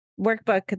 workbook